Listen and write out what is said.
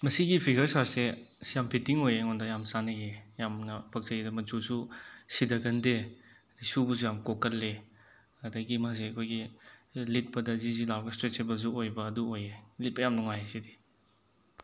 ꯃꯁꯤꯒꯤ ꯐꯤꯒ꯭ꯔ ꯁꯥꯠꯁꯦ ꯑꯁ ꯌꯥꯝ ꯐꯤꯠꯇꯤꯡ ꯑꯣꯏꯑꯦ ꯑꯩꯉꯣꯟꯗ ꯌꯥꯝ ꯆꯥꯟꯅꯩꯌꯦ ꯌꯥꯝꯅ ꯄꯛꯆꯩꯑꯦ ꯑꯗꯣ ꯃꯆꯨꯁꯨ ꯁꯤꯗꯒꯟꯗꯦ ꯁꯨꯕꯁꯨ ꯌꯥꯝ ꯀꯣꯛꯀꯜꯂꯦ ꯑꯗꯒꯤ ꯃꯥꯁꯦ ꯑꯩꯈꯣꯏꯒꯤ ꯂꯤꯠꯄꯗ ꯖꯤꯖꯤ ꯂꯥꯎꯔꯕ ꯁꯇ꯭ꯔꯦꯠꯆꯦꯕꯜꯁꯨ ꯑꯣꯏꯕ ꯑꯗꯨ ꯑꯣꯏꯑꯦ ꯂꯤꯠꯄ ꯌꯥꯝ ꯅꯨꯉꯥꯏ ꯁꯤꯗꯤ